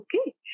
Okay